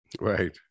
right